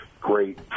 great